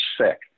sick